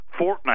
Fortnite